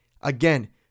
again